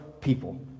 people